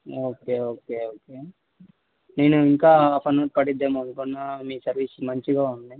okay okay okay నేను ఇంకా half an hour పడిద్ధి ఏమో అనుకున్న మీ సర్వీస్ మంచిగా ఉంది